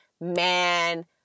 man